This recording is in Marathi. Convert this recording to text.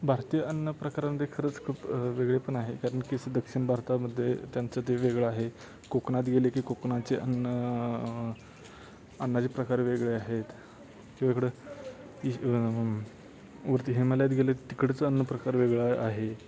भारतीय अन्नप्रकारांमध्ये खरंच खूप वेगळेपण आहे कारण की दक्षिण भारतामध्ये त्यांचं ते वेगळं आहे कोकणात गेले की कोकणाचे अन्न अन्नाचे प्रकार वेगळे आहेत किंवा इकडं इश् वरती हिमालयात गेले तिकडंच अन्नप्रकार वेगळा आहे